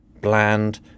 Bland